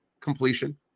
completion